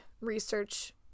research